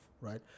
right